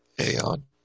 Aeon